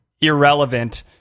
irrelevant